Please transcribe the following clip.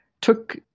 took